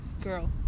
girl